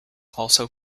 also